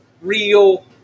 real